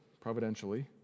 providentially